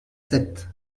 sept